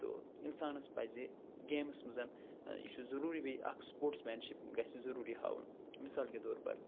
تو اِنسانَس پَزِ گیمٕس منٛز یہِ چھُ ضٔروٗری بیٚیہِ اَکھ سٕپوٹٕسمینشِپ گژھِ یہِ ضٔروٗری ہاوُن مِثال کے طور پر